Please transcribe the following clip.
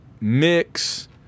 Mix